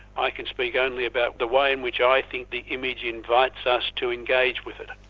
i can speak only about the way in which i think the image invites us to engage with it.